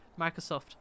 Microsoft